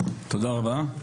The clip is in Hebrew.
תודה רבה.